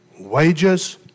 Wages